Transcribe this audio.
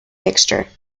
mixture